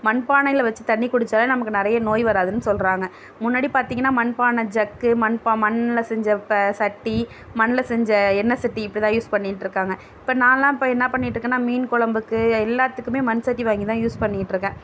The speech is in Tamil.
மண் பானையில் வைச்சு தண்ணி குடித்தாலே நமக்கு நிறைய நோய் வராதுன்னு சொல்கிறாங்க முன்னாடி பார்த்திங்கன்னா மண் பானை ஜக்கு மண் மண்ணில் செஞ்ச ப சட்டி மண்ணில் செஞ்ச எண்ணெய் சட்டி இப்படிதான் யூஸ் பண்ணிகிட்டுருக்காங்க இப்போ நாலாம் இப்போ என்ன பண்ணிகிட்டு இருக்கேன்னால் மீன் கொழம்புக்கு எல்லாத்துக்குமே மண் சட்டி வாங்கி தான் யூஸ் பண்ணிக்கிட்டிருக்கேன்